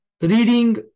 reading